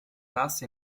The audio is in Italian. bassa